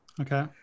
Okay